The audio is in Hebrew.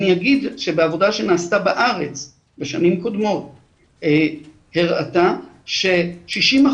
אני אגיד שעבודה שנעשתה בארץ בשנים קודמות הראתה ש-60%